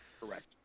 Correct